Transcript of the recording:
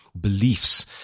Beliefs